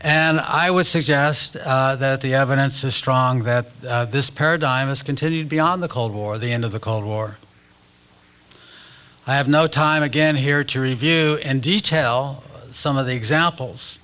and i would suggest that the evidence is strong that this paradigm has continued beyond the cold war the end of the cold war i have no time again here to review the tell some of the examples